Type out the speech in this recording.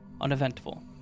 uneventful